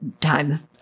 time